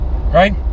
right